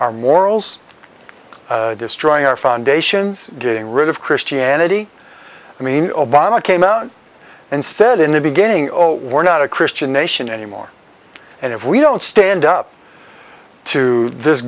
our morals destroying our foundations getting rid of christianity i mean obama came out and said in the beginning oh we're not a christian nation anymore and if we don't stand up to this